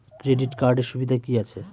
Credit কার্ডের সুবিধা কি আছে?